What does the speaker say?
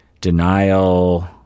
denial